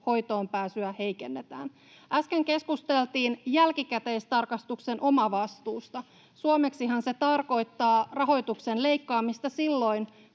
hoitoonpääsyä heikennetään. Äsken keskusteltiin jälkikäteistarkastuksen omavastuusta. Suomeksihan se tarkoittaa rahoituksen leikkaamista silloin,